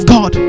God